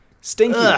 stinky